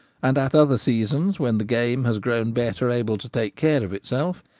and at other seasons, when the game has grown better able to take care of itself,